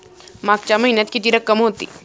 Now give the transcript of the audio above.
मागच्या महिन्यात किती रक्कम होती?